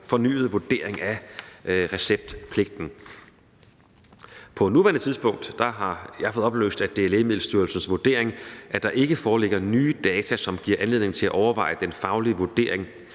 fornyet vurdering af receptpligten. På nuværende tidspunkt har jeg fået oplyst, at det er Lægemiddelstyrelsens vurdering, at der ikke foreligger nye data, som giver anledning til at overveje den faglige vurdering,